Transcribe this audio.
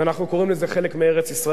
אנחנו קוראים לזה חלק מארץ-ישראל.